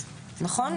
נכון?